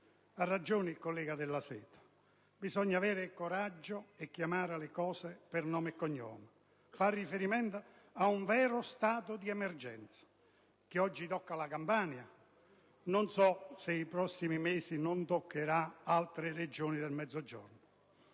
Ha ragione il collega Della Seta: bisogna avere coraggio e chiamare le cose per nome e cognome e far riferimento a un vero stato di emergenza, che oggi tocca la Campania e non so se nei prossimi mesi non toccherà anche altre Regioni del Mezzogiorno.